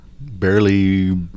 Barely